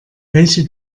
welche